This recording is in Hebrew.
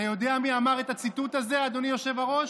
אתה יודע מי אמר את הציטוט הזה, אדוני היושב-ראש?